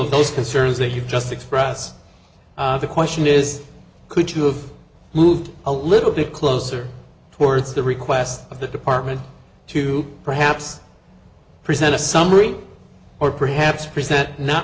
those concerns that you just express the question is could you have moved a little bit closer towards the request of the department to perhaps present a summary or perhaps present not